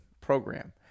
program